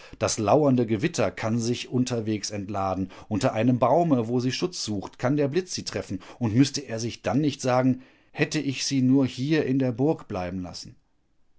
das lauernde gewitter kann sich unterwegs entladen unter einem baume wo sie schutz sucht kann der blitz sie treffen und müßte er sich dann nicht sagen hätte ich sie nur hier in der burg bleiben lassen